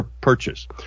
purchase